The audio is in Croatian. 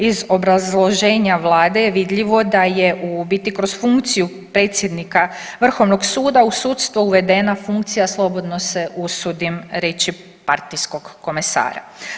Iz obrazloženja Vlade je vidljivo da je u biti kroz funkciju predsjednika Vrhovnog suda u sudstvo uvedena funkcija, slobodno se usudim reći, partijskog komesara.